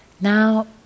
Now